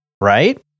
Right